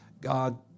God